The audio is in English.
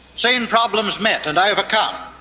seen problems met and overcome.